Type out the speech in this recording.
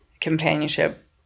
companionship